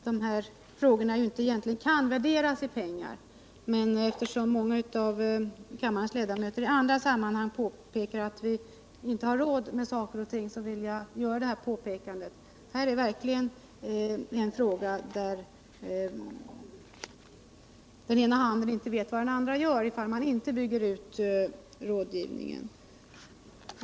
Dessa frågor kan egentligen inte värderas i pengar, men eftersom många av kammarens ledamöter i andra sammanhang framhåller att vi inte har råd med saker och ting vill jag göra detta påpekande. Detta är verkligen en fråga där den ena handen inte vet vad den andra gör — ifall man inte bygger ut rådgivningen.